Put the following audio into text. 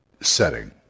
setting